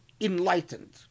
enlightened